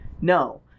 No